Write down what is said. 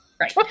right